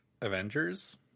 Avengers